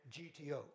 GTO